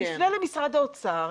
יפנה למשרד האוצר,